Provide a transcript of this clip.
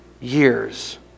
years